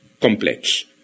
complex